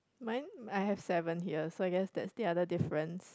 mine I have seven here so I guess there's still other difference